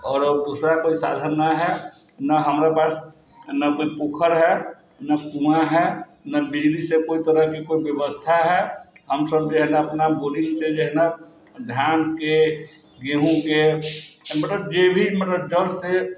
आओर दोसरा कोइ साधन ना है ना हमरे पास ने कोइ पोखर है ने कुआँ है ने बिजलीसँ कोइ तरहके कोइ व्यवस्था है हमसब जे है अपना बोरिंगसँ जे है ना धानके गेहूँके मतलब जे भी जलसँ